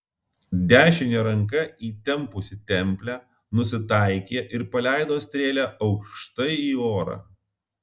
dešine ranka įtempusi templę nusitaikė ir paleido strėlę aukštai į orą